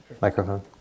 microphone